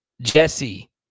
Jesse